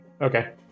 Okay